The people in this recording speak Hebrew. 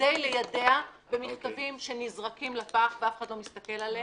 כדי ליידע במכתבים שנזרקים לפח ואף אחד לא מסתכל עליהם,